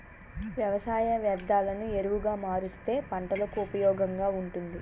వ్యవసాయ వ్యర్ధాలను ఎరువుగా మారుస్తే పంటలకు ఉపయోగంగా ఉంటుంది